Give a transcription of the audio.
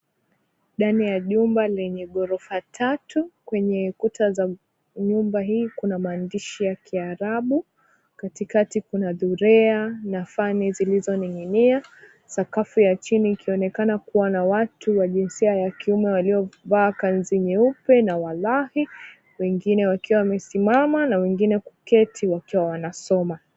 Ndani ya jumba lenye ghorofa tatu. Kwenye kuta wa nyumba hii kuna maandishi ya kiarabu, katikati kuna dhurea na fani zilizo ning'inia, sakafu ya chini ikionekana kuwa na watu wa jinsia ya kiume waliovaa kanzu nyeupe na walahi, wengine wakiwa wamesimama na wengine kuketi wakiwa wanasoma.